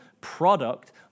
product